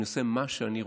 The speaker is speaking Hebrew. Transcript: אני עושה מה שאני רוצה.